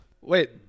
Wait